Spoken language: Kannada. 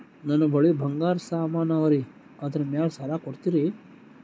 ನನ್ನ ಬಳಿ ಬಂಗಾರ ಸಾಮಾನ ಅವರಿ ಅದರ ಮ್ಯಾಲ ಸಾಲ ಕೊಡ್ತೀರಿ?